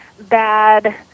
bad